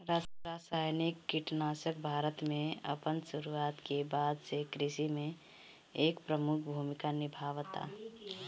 रासायनिक कीटनाशक भारत में अपन शुरुआत के बाद से कृषि में एक प्रमुख भूमिका निभावता